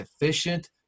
efficient